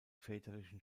väterlichen